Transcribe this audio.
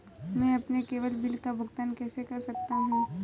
मैं अपने केवल बिल का भुगतान कैसे कर सकता हूँ?